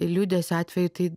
liūdesio atveju tai